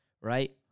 right